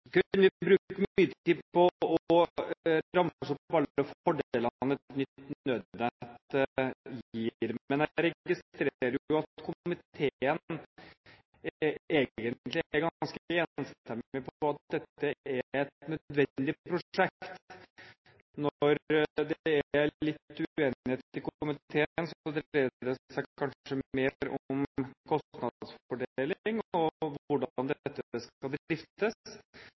på å ramse opp alle fordelene et nytt nødnett gir, men jeg registrerer jo at komiteen egentlig er ganske enstemmig om at dette er et nødvendig prosjekt. Når det er litt uenighet i komiteen, dreier det seg kanskje mer om kostnadsfordeling og hvordan dette skal driftes, og hvordan ikke minst kommunene skal